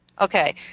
Okay